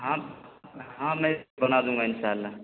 ہاں ہاں میں بنا دوں گا انشاء اللہ